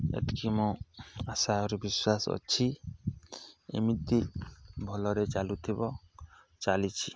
ଏତିକି ମୋ ଆଶା ଉପରେ ବିଶ୍ୱାସ ଅଛି ଏମିତି ଭଲରେ ଚାଲୁଥିବ ଚାଲିଛି